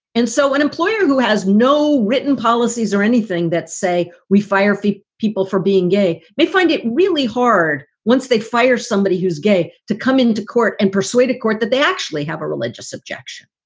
and so an employer who has no written policies or anything that say we fire people for being gay may find it really hard once they fire somebody who's gay to come into court and persuade a court that they actually have a religious objection.